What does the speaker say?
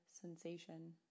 sensation